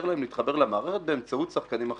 להם להתחבר למערכת באמצעות שחקנים אחרים.